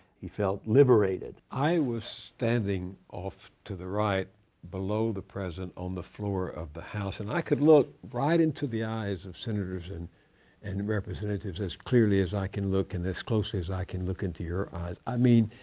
he felt liberated. bill moyers i was standing off to the right below the president on the floor of the house. and i could look right into the eyes of senators and and representatives as clearly as i can look and as closely as i can look into your eyes. i mean,